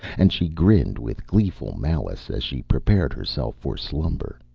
and she grinned with gleeful malice as she prepared herself for slumber.